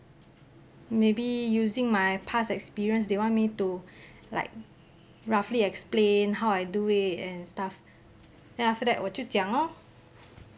maybe using my past experience they want me to like roughly explain how I do it and stuff then after that 我就讲 lor